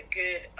good